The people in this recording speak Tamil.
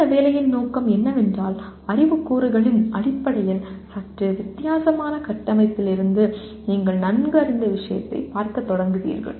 இந்த வேலையின் நோக்கம் என்னவென்றால் அறிவு கூறுகளின் அடிப்படையில் சற்று வித்தியாசமான கட்டமைப்பிலிருந்து நீங்கள் நன்கு அறிந்த விஷயத்தைப் பார்க்கத் தொடங்குவீர்கள்